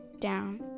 down